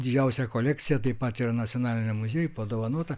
didžiausia kolekcija taip pat yra nacionaliniam muziejui padovanota